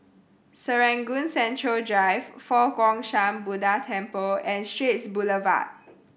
Serangoon Central Drive Fo Guang Shan Buddha Temple and Straits Boulevard